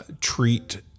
treat